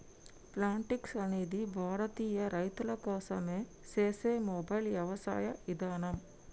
Plantix అనేది భారతీయ రైతుల కోసం సేసే మొబైల్ యవసాయ ఇదానం